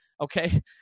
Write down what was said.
Okay